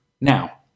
Now